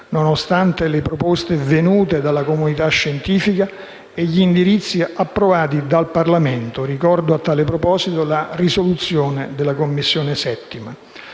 nonostante le proposte venute dalla comunità scientifica e gli indirizzi approvati dal Parlamento. Ricordo, a tale proposito, la risoluzione della Commissione 7a.